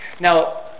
Now